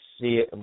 see